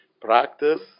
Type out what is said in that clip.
practice